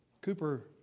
Cooper